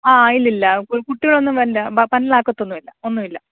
ആ ഇല്ല ഇല്ല കുട്ടികളൊന്നും വരേണ്ട പന്നൽ ആക്കുവൊന്നുവില്ല ഒന്നുമില്ല